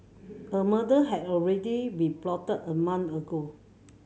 a murder had already be plotted a month ago